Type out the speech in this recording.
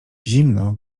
zimno